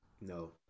No